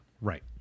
Right